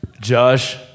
Josh